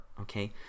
Okay